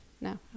No